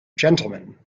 gentleman